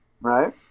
Right